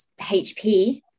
HP